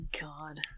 God